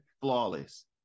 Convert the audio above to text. flawless